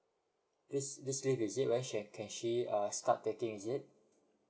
this this leave is it when can can she err start taking is it